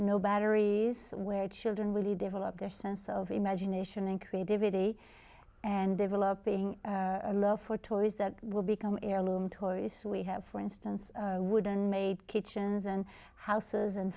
no batteries where children really develop their sense of imagination and creativity and developing a love for toys that will become heirloom toys we have for instance wooden made kitchens and houses and